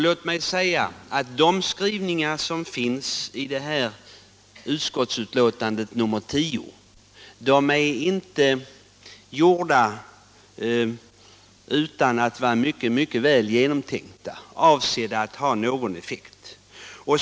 Låt mig då säga att de skrivningar som finns i jordbruksutskottets betänkande nr 10 är mycket väl genomtänkta och avsedda att ha effekt.